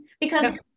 because-